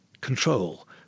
control